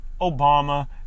Obama